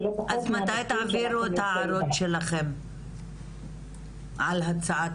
אז מתי תעבירו את ההערות שלכם על הצעת